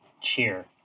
cheer